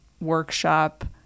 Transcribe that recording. workshop